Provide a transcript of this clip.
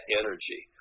energy